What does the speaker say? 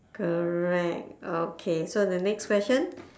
correct okay so the next question